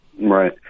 Right